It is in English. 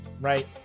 Right